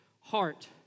heart